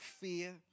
fear